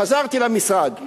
חזרתי למשרד.